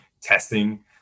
testing